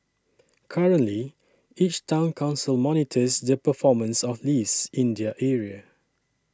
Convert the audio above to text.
currently each Town Council monitors the performance of lease in their area